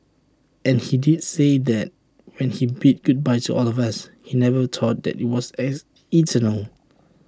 and he did say that when he bid goodbye to all of us he never thought that IT was ex eternal